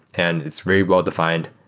and it's very well-defined.